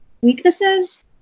weaknesses